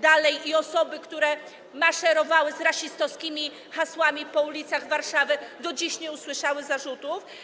dalej, a osoby, które maszerowały z rasistowskimi hasłami po ulicach Warszawy, do dziś nie usłyszały zarzutów?